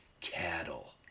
cattle